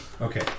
Okay